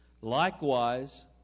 likewise